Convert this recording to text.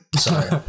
sorry